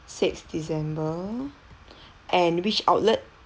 sixth december and which outlet